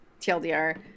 tldr